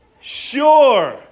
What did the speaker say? Sure